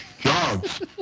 jobs